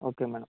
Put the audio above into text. okay madam